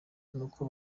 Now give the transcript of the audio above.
nuko